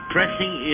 Pressing